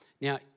Now